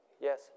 Yes